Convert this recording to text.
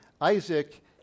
Isaac